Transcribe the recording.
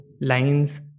lines